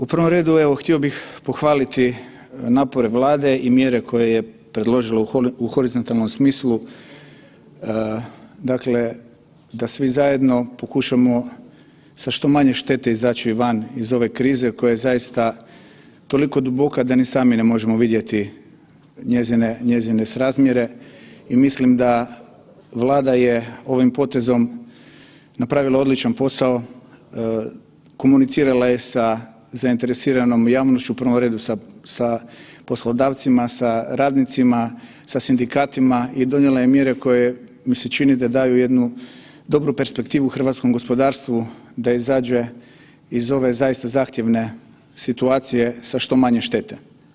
U prvom redu evo htio bih pohvaliti napore Vlade i mjere koje je predložila u horizontalnom smislu, dakle da svi zajedno pokušamo sa što manje štete izaći van iz ove krize koja je zaista toliko duboka da ni sami ne možemo vidjeti njezine, njezine srazmjere i mislim da Vlada je ovim potezom napravila odličan posao, komunicirala je sa zainteresiranom javnošću u prvom redu sa poslodavcima, sa radnicima, sa sindikatima i donijela je mjere koje mi se čini da daju jednu dobru perspektivu hrvatskom gospodarstvu da izađe iz ove zaista zahtjevne situacije sa što manje štete.